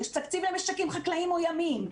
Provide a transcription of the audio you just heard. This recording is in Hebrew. יש תקציב למשקים חקלאיים או ימיים,